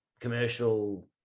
commercial